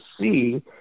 see